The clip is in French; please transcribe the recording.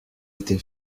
été